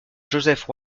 joseph